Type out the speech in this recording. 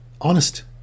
honest